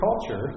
culture